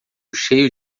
cheio